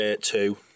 two